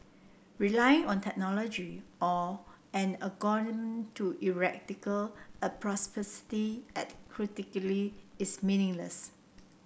relying on technology or an to a propensity at credulity is meaningless